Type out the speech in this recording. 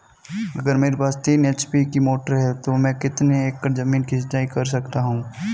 अगर मेरे पास तीन एच.पी की मोटर है तो मैं कितने एकड़ ज़मीन की सिंचाई कर सकता हूँ?